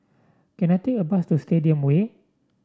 can I take a bus to Stadium Way